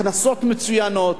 הכנסות מצוינות,